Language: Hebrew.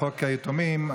לחוק היתומים,